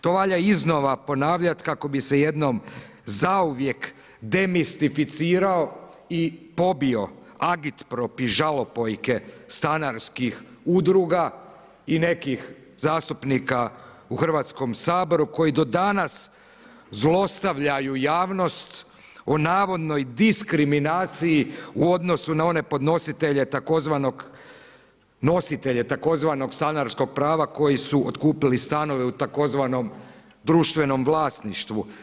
To valja iznova ponavljat kako bi se jednom zauvijek demistificirao i pobio agitpropi žalopojke stanarskih udruga i nekih zastupnika u Hrvatskom saboru koji do danas zlostavljaju javnost o navodnoj diskriminaciji u odnosu na one nositelje tzv. stanarskog prava koji su otkupili stanove u tzv. društvenom vlasništvu.